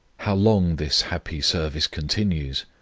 how long this happy service continues,